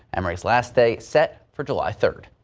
um rice last they set for july third.